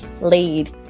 lead